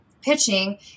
pitching